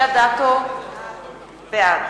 אדטו - בעד